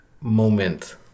moment